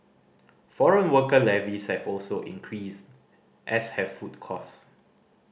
foreign worker levies have also increased as have food cost